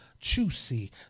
juicy